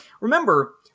remember